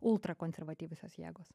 ultrakonservatyviosios jėgos